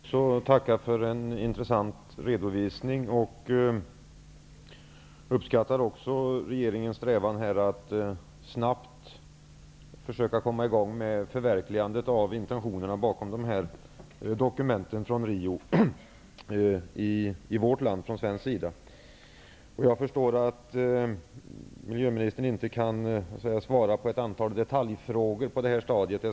Fru talman! Även jag tackar för en intressant redovisning. Jag uppskattar också regeringens strävan att man från svensk sida snabbt försöker att komma i gång med förverkligandet av intentionerna bakom de aktuella dokumenten från Jag förstår att miljöministern inte kan svara på ett antal detaljfrågor på det här stadiet.